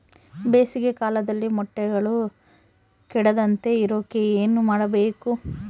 ಬೇಸಿಗೆ ಕಾಲದಲ್ಲಿ ಮೊಟ್ಟೆಗಳು ಕೆಡದಂಗೆ ಇರೋಕೆ ಏನು ಮಾಡಬೇಕು?